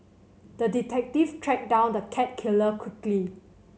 the detective tracked down the cat killer quickly